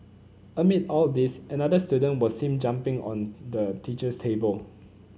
amid all this another student was seen jumping on the teacher's table